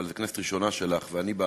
זאת הכנסת הראשונה שלך, ואני,